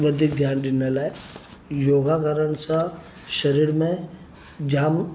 वधीक ध्यानु ॾिनल आहे योगा करण सां शरीर में जामु